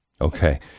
okay